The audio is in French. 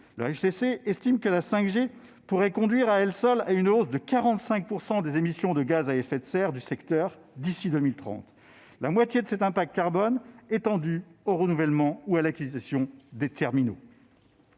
le HCC estime que la 5G pourrait conduire à elle seule à une hausse de 45 % des émissions de gaz à effet de serre du secteur d'ici à 2030. La moitié de cet impact carbone serait liée au renouvellement ou à l'acquisition des terminaux.